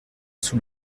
sous